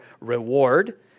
reward